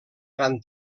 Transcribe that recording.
gran